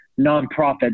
nonprofits